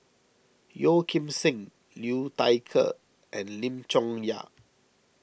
Yeo Kim Seng Liu Thai Ker and Lim Chong Yah